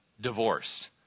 divorced